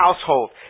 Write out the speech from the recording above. household